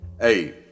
Hey